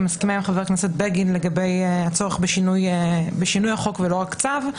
אני מסכימה חבר הכנסת בגין לגבי הצורך בשינוי החוק ולא רק צו.